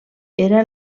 era